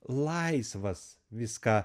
laisvas viską